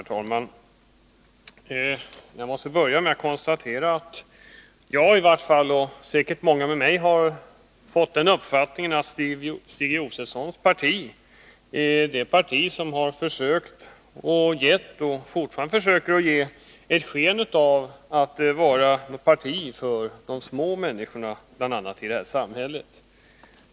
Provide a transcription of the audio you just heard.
Herr talman! Jag måste börja med att konstatera att i varje fall jag och säkert många med mig har fått den uppfattningen att Stig Josefsons parti är det som har försökt och fortfarande försöker ge sken av att vara ett parti för de små människorna i det här samhället.